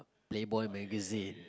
playboy magazine